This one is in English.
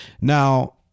Now